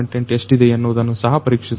34 ಸಮಯವನ್ನ ಗಮನಿಸಿ